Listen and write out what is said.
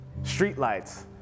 streetlights